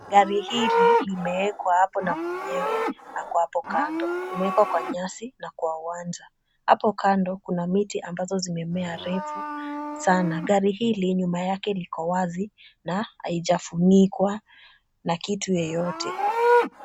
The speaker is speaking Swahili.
Gari hili limewekwa hapo na mwenyewe ako hapo kando. Limewekwa kwa nyasi na kwa uwanja. Hapo kando kuna miti ambazo zimemea refu sana. Gari hili nyuma yake iko wazi na haijafunikwa na kitu yeyote.